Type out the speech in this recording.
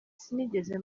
sinigeze